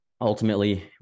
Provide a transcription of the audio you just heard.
ultimately